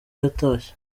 yatashye